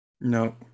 No